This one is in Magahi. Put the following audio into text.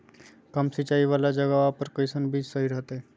कम सिंचाई वाला जगहवा पर कैसन बीज सही रहते?